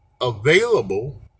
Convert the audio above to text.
available